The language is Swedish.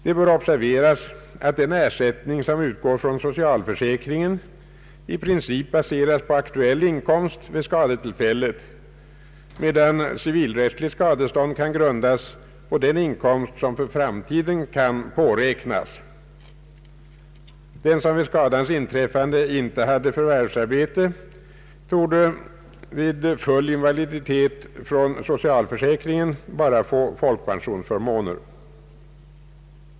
Det bör observeras att den ersättning som utgår från socialförsäkringen i princip baseras på aktuell inkomst vid skadetillfället, medan civilrättsligt skadestånd kan grundas på den inkomst som för framtiden kan påräknas. Den som vid skadans inträffande inte hade förvärvsarbete torde vid full invaliditet från socialförsäkringen endast få folkpensionsförmåner.